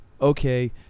okay